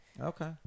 Okay